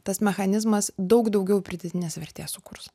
tas mechanizmas daug daugiau pridėtinės vertės sukurs